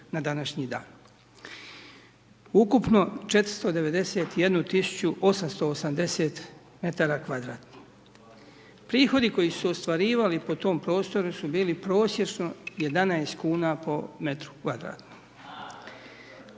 na današnji dan. Ukupno 491 tisuću 880 m kvadratni. Prihodi koji su ostvarivali po tom prostoru su bili prosječno 11 kn po metru kvadratnom.